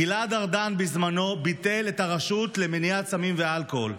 גלעד ארדן בזמנו ביטל את הרשות למניעת סמים ואלכוהול,